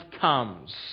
comes